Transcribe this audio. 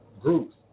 groups